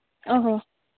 ᱚ ᱦᱚᱸ